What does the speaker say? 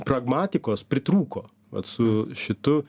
pragmatikos pritrūko vat su šitu